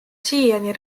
siiani